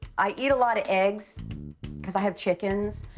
i eat a lot of eggs cause i have chickens,